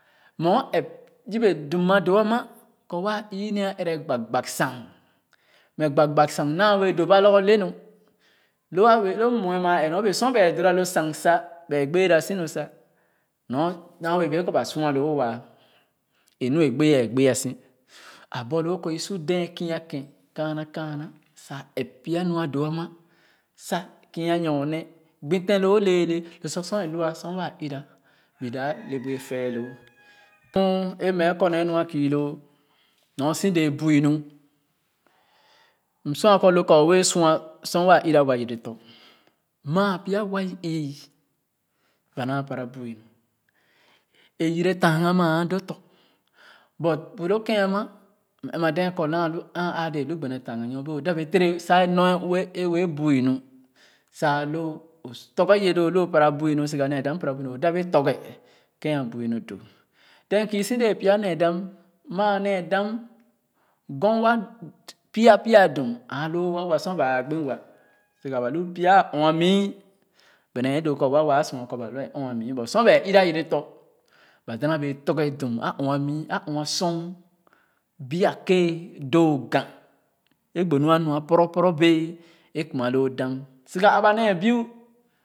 Me o ep yɛbe dum a doo ama kɔ waa ii nee a ɛrɛ gbag gbag sang mɛ gbag gbag sang naa wee dona horgor le nu o a wee lo mue maa ee sor ba dora lo sang sa bea gbera simi sa myɔɔ bee kɔ ba sua loo wa e nu a gbe a gbe si a boorloo kɔ i su dee kuu keh kaana kaana sa ep pya nu a do ama sa kia nyɔɔne gbi teh loo pɛɛlɛ loo sor sor wa ii ra bi dap le bu afɛɛloo kɔn a mue kɔ nee nu a kiiloo nu si dɛɛ biu nu msua kɔ lo ka o wee sua sor waa ii-ra wa yere tɔ̃ maa pya wa ii ba naa para bu nor é yere taaga maa a dɔ tɔ̃ but bu lo ken ama m ema dɛɛ kɔ naa bu ãã naa ãã dee lu gbene tagaa nyɔɔ bee o dap ye tere sa ye nue ue para bu nu siga nee dam para bui nu dap ye tɔrge ken a bui nu doo then kiisi dee pya nee dam maa nee dam gorwa pie pie dum aalo wa waa sor ba a gbi wa siga aba lo pya ɔɔ. Ah mii bɛ nee doo kɔ wa waa a sua kɔ ba ɔɔnmii but sor ba ii-yere tɔ̃ ba da na bee tɔrge dum a ɔɔmii a ɔɔsɔ beer kéé doo gam é gbo nu a nua poro poro bɛɛ é kima loo dam siga aba nee biu